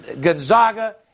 Gonzaga